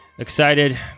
Excited